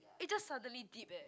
it just suddenly dip eh